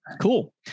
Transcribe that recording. Cool